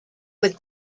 with